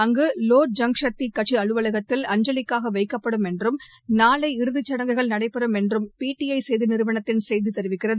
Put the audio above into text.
அங்கு லோக் ஜன்சக்தி கட்சி அலுவலகத்தில் அஞ்சலிக்காக வைக்கப்படும் என்றும் நாளை இறதிச் சடங்குகள் நடைபெறும் என்று பிடிஐ செய்தி நிறுவனத்தின் செய்தி தெரிவிக்கிறது